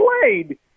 played